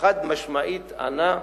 חד-משמעית ענה,